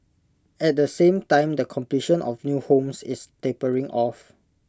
at the same time the completion of new homes is tapering off